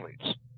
athletes